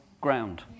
ground